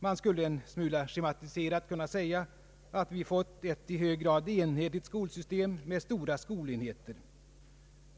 Man skulle en smula schematiserat kunna säga att vi fått ett i hög grad enhetligt skolsystem med stora skolenheter.